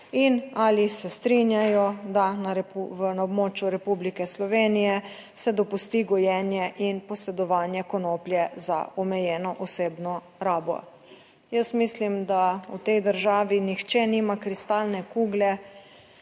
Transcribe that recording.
in ali se strinjajo, da na območju Republike Slovenije se dopusti gojenje in posedovanje konoplje za omejeno osebno rabo. Jaz mislim, da v tej državi nihče nima kristalne kugle.